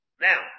Now